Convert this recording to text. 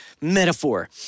metaphor